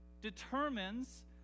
determines